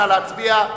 נא להצביע.